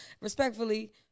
respectfully